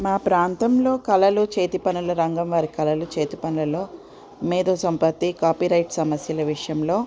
మా ప్రాంతంలో కళలు చేతి పనులు రంగం వారి కళలు చేతి పనులలో మేధో సంపత్తి కాపీరైట్ సమస్యల విషయంలో